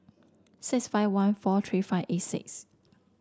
six five one four three five eight six